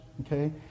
okay